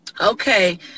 Okay